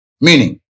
meaning